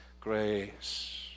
grace